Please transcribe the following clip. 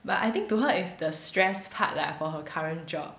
but I think to her is the stress part lah for her current job